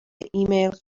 ایمیل